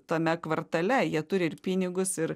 tame kvartale jie turi ir pinigus ir